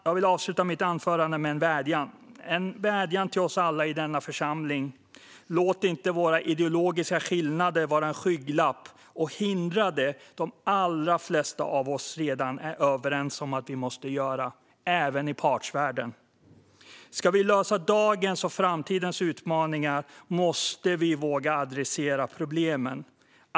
Jag vill avsluta mitt anförande med en vädjan till oss alla i denna församling: Låt inte våra ideologiska skillnader vara en skygglapp och hindra det som de allra flesta av oss redan är överens om att vi måste göra, även i partsvärlden! Ska vi lösa dagens och framtidens utmaningar måste vi våga adressera problemen.